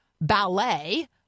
ballet